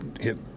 hit